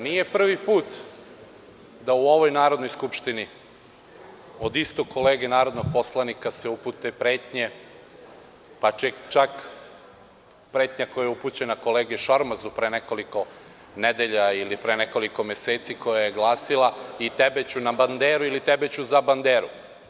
Nije prvi put da se u ovoj Narodnoj skupštini od istog kolege narodnog poslanika upute pretnje, pa čak pretnja koja je upućena kolegi Šormazu pre nekoliko nedelja ili pre nekoliko meseci, koja je glasila – i tebe ću na banderu, ili – i tebe ću za banderu.